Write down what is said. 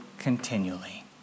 continually